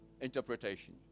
interpretation